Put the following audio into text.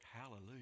Hallelujah